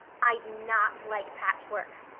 i do not like patchwork,